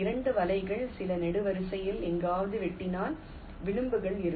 2 வலைகள் சில நெடுவரிசையில் எங்காவது வெட்டினால் விளிம்புகள் இருக்கும்